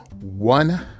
One